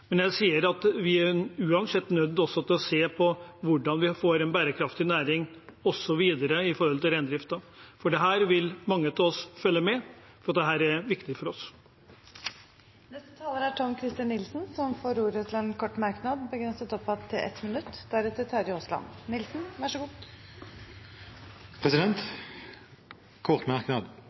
men jeg sier at vi er uansett nødt til å se på hvordan vi får en bærekraftig næring osv. når det gjelder reindriften. Dette vil mange av oss følge med på, for dette er viktig for oss. Representanten Tom-Christer Nilsen har hatt ordet to ganger tidligere og får ordet til en kort merknad, begrenset til 1 minutt. Kort merknad: